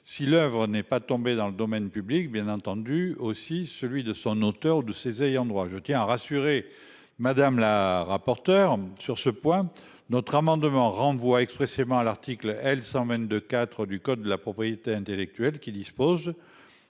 si Le Havre n'est pas tombé dans le domaine public bien entendu aussi celui de son auteur ou de ses ayants droit, je tiens à rassurer madame la rapporteure sur ce point notre amendement renvoie expressément à l'article L 100 mène 2 IV du code de la propriété intellectuelle qui dispose.